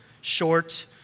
short